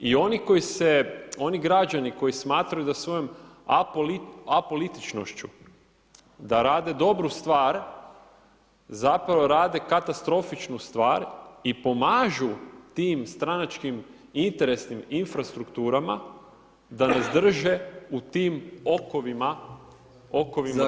I oni građani koji smatraju da svojim apolitičnošću da rade dobru stvar, zapravo rade katastrofičnu stvar i pomažu tim stranačkim interesnim infrastrukturama da nas drže u tim okovima, okovima duga.